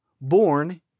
Born